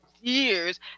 years